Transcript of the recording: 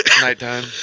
Nighttime